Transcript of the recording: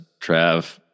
Trav